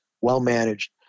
well-managed